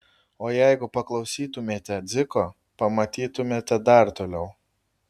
o jeigu paklausytumėte dziko pamatytumėte dar toliau